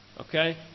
Okay